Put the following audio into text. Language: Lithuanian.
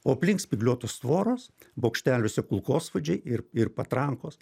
o aplink spygliuotos tvoros bokšteliuose kulkosvaidžiai ir ir patrankos